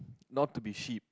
not to be sheep